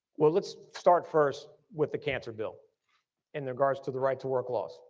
well let's start first with the cancer bill in regards to the right to work laws.